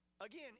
Again